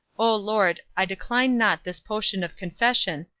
o lord, i decline not this potion of confession,